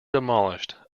demolished